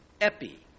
epi